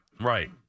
Right